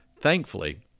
thankfully